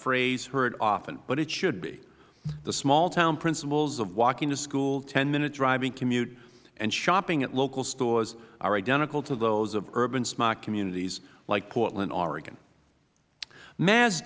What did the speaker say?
phrase heard often but it should be the small town principles of walking to school ten minute driving commute and shopping at local stores are identical to those of urban smart communities like portland oregon ma